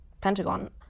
Pentagon